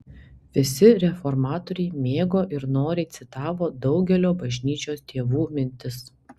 visi reformatoriai mėgo ir noriai citavo daugelio bažnyčios tėvų mintis